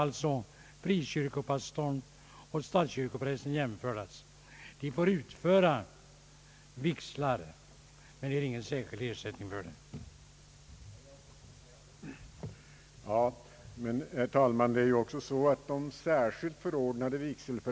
Statskyrkoprästen och frikyrkopastorn är alltså jämställda även i det avseendet — ingen av dem får någon särskild ersättning för vigselförrättningarna.